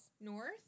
north